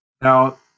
Now